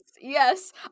yes